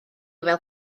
fel